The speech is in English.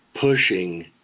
pushing